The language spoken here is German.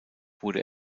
wurde